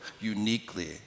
uniquely